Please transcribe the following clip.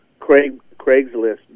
Craigslist